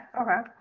Okay